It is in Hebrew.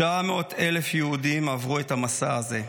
900,000 יהודים עברו את המסע הזה.